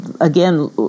again